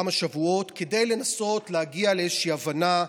בכמה שבועות כדי לנסות להגיע לאיזושהי הבנה,